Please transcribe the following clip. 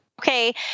okay